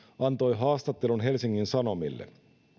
antoi haastattelun helsingin sanomille